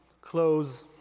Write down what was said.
close